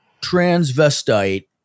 transvestite